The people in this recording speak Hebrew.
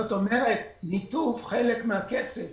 ניתוב חלק מהכסף,